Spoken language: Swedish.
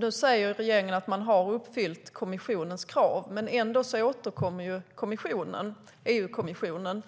Nu säger regeringen att man har uppfyllt kommissionens krav. Ändå återkommer EU-kommissionen.